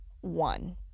one